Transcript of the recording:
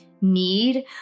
need